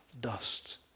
dust